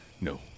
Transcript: no